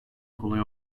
kolay